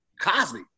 Cosby